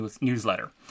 newsletter